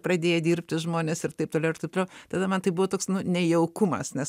pradėję dirbti žmonės ir taip toliau ir taip toliau tada man tai buvo toks nu nejaukumas nes